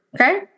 okay